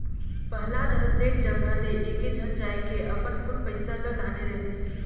पहलाद ह सेठ जघा ले एकेझन जायके अपन खुद पइसा ल लाने रहिस